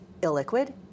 illiquid